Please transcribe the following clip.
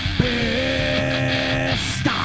best